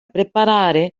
preparare